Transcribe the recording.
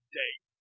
date